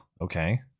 okay